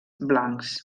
blancs